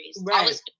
right